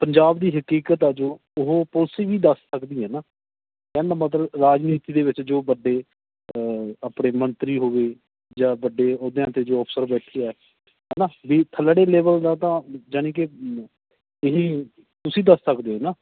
ਪੰਜਾਬ ਦੀ ਹਕੀਕਤ ਆ ਜੋ ਉਹ ਪੁਲਿਸ ਵੀ ਦੱਸ ਸਕਦੀ ਹੈ ਨਾ ਕਹਿਣ ਦਾ ਮਤਲਬ ਰਾਜਨੀਤੀ ਦੇ ਵਿੱਚ ਜੋ ਬੰਦੇ ਆਪਣੇ ਮੰਤਰੀ ਹੋ ਗਏ ਜਾਂ ਵੱਡੇ ਅਹੁਦਿਆਂ 'ਤੇ ਜੋ ਅਫ਼ਸਰ ਬੈਠੇ ਆ ਹੈ ਨਾ ਵੀ ਥੱਲੜੇ ਲੇਵਲ ਦਾ ਤਾਂ ਯਾਨੀ ਕਿ ਇਹ ਤੁਸੀਂ ਦੱਸ ਸਕਦੇ ਹੋ ਨਾ